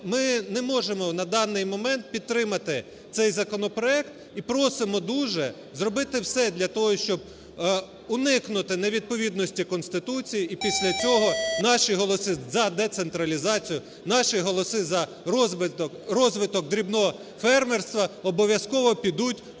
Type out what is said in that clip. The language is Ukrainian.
ми не можемо на даний момент підтримати цей законопроект. І просимо дуже зробити все для того, щоб уникнути невідповідності Конституції. І після цього наші голоси за децентралізацію, наші голоси за розвиток дрібного фермерства обов'язково підуть в